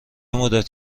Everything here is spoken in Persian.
مدت